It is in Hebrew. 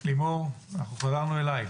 לימור, אנחנו חזרנו אלייך.